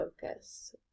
focus